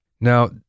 Now